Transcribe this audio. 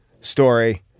story